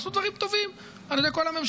נעשו דברים טובים על ידי כל הממשלות.